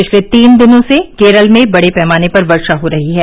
पिछले तीन दिनों से केरल में बड़े पैमाने पर वर्षा हो रही है